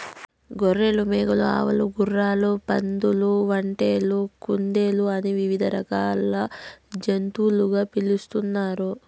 గొర్రెలు, మేకలు, ఆవులు, గుర్రాలు, పందులు, ఒంటెలు, కుందేళ్ళు అని వివిధ రకాల జాతులుగా పిలుస్తున్నారు